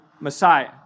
Messiah